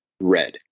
red